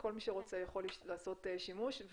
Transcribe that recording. כל מי שרוצה יכול לעשות שימוש.